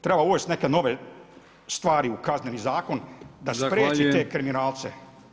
Treba uvesti neke nove stvari u Kazneni zakon da spriječi te kriminalce.